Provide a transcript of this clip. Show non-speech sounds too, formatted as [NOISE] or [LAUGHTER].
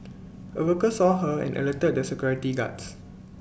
[NOISE] A worker saw her and alerted the security guards